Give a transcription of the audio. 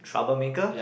troublemaker